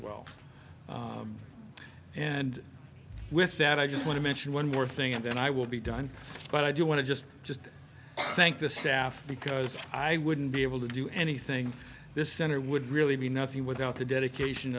well and with that i just want to mention one more thing and then i will be done but i do want to just just thank the staff because i wouldn't be able to do anything this center would really be nothing without the dedication